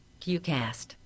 QCast